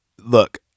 Look